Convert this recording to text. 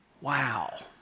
Wow